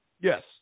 Yes